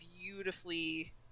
beautifully